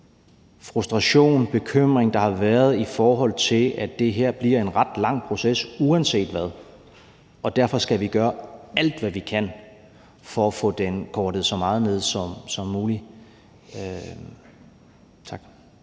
frustration og bekymring, der har været, med hensyn til at det her bliver en ret lang proces uanset hvad. Og derfor skal vi gøre alt, hvad vi kan, for at få den kortet så meget ned som muligt. Tak.